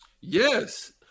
Yes